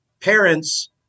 parents